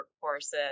courses